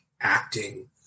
acting